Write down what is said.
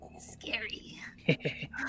scary